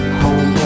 home